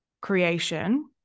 creation